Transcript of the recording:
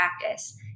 practice